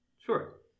Sure